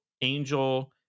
Angel